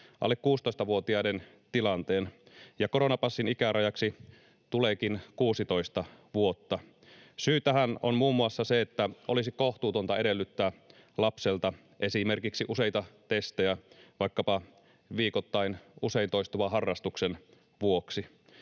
alle 16-vuotiaiden tilanteen, ja koronapassin ikärajaksi tuleekin 16 vuotta. Syy tähän on muun muassa se, että olisi kohtuutonta edellyttää lapselta esimerkiksi useita testejä vaikkapa viikoittain usein toistuvan harrastuksen vuoksi.